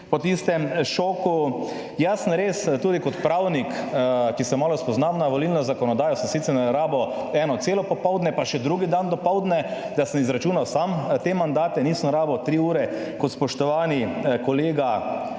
po tistem šoku. Jaz sem res tudi kot pravnik, ki se malo spoznam na volilno zakonodajo, sem sicer ne rabil eno celo popoldne, pa še drugi dan dopoldne, da sem izračunal sam te mandate. Nisem rabil tri ure, kot spoštovani kolega